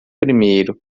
primeiro